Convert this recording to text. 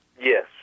Yes